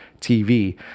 TV